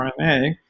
RNA